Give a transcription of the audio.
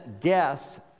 guess